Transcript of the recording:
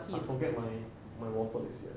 I forget my my waffle is here